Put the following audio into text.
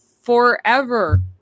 forever